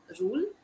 rule